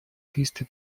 триста